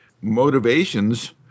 motivations